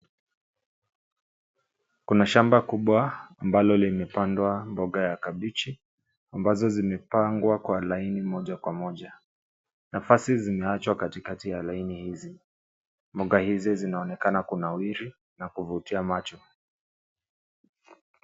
Kuna shamba kubwa ambalo limepandwa mboga ya kabichi, ambazo zimepangwa kwa laini moja kwa moja. Nafasi zimeachwa katikati ya laini hizi. Mboga hizi zinaonekana kunawiri na kuvutia macho.